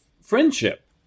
friendship